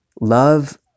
Love